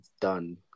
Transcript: done